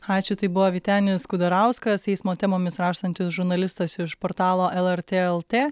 ačiū tai buvo vytenis kudarauskas eismo temomis rašantis žurnalistas iš portalo lrt lt